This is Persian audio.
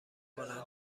کنن